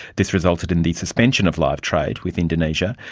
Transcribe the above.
this resulted in the suspension of live trade with indonesia.